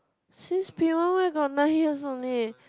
since P one where got nine years only